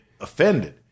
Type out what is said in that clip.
offended